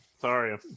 Sorry